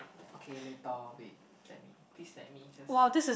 okay later wait let me please let me just